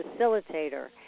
facilitator